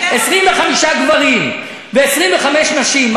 25 גברים ו-25 נשים,